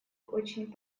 очень